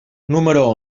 número